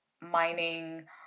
mining